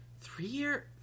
Three-year